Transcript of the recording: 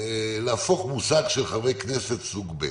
שיהיה מושג של "חברי כנסת סוג ב'".